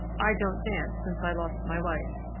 i don't dance since i lost my wife,